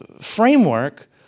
framework